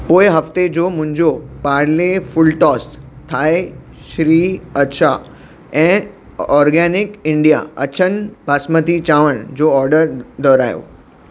पोएं हफ़्ते जो मुंहिंजो पार्ले फुलटॉस थाए श्री अचा ऐं ऑर्गेनिक इंडिया अछनि बासमती चांवर जो ऑडर दुहिरायो